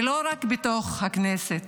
ולא רק בתוך הכנסת,